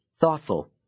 thoughtful